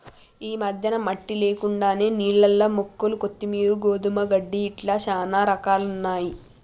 ఈ మధ్యన మట్టి లేకుండానే నీళ్లల్ల మొక్కలు కొత్తిమీరు, గోధుమ గడ్డి ఇట్లా చానా రకాలున్నయ్యి